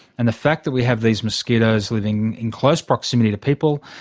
and the fact that we have these mosquitoes living in close proximity to people,